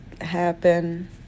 happen